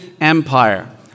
Empire